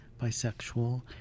bisexual